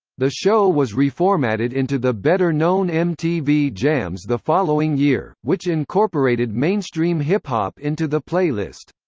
the show was reformatted into the better known mtv jams the following year, which incorporated mainstream hip-hop into the playlist.